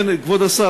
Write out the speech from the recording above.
כבוד השר,